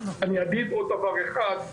אני אגיד עוד דבר אחד,